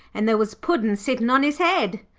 and there was puddin' sitting on his head.